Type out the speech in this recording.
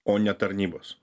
o ne tarnybos